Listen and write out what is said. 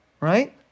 right